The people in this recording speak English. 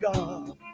God